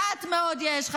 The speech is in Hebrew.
מאי, יש גם היום.